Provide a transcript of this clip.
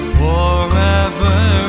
forever